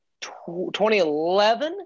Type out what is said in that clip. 2011